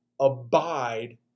abide